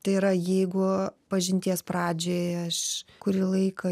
tai yra jeigu pažinties pradžioje aš kurį laiką